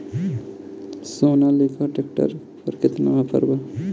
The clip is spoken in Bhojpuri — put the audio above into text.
सोनालीका ट्रैक्टर पर केतना ऑफर बा?